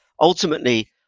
ultimately